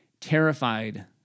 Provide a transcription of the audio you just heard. Terrified